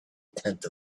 tenth